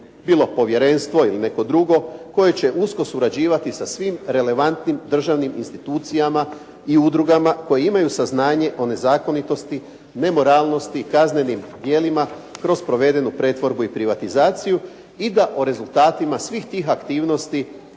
bilo povjerenstvo ili neko drugo koje će usko surađivati sa svim relevantnim državnim institucijama i udrugama koje imaju saznanje o nezakonitosti, nemoralnosti, kaznenim djelima kroz provedenu pretvorbu i privatizaciju i da o rezultatima svih tih aktivnosti